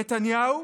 נתניהו?